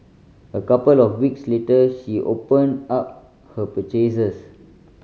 a couple of weeks later she opened up her purchases